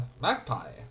Magpie